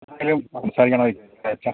എന്നാലും സംസാരിക്കണമായിരുന്നു അല്ലേ അച്ഛാ